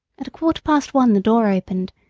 at a quarter past one the door opened,